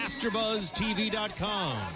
AfterbuzzTV.com